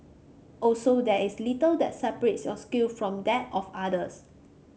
also there is little that separates your skill from that of others